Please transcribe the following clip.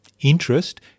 interest